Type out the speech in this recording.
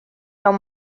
los